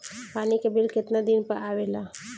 पानी के बिल केतना दिन पर आबे ला?